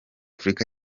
africa